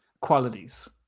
qualities